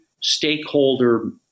stakeholder